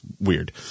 weird